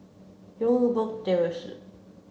Youngberg Terrace